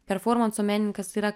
performanso menininkas yra